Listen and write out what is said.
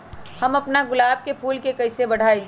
हम अपना गुलाब के फूल के कईसे बढ़ाई?